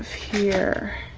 here?